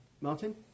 Martin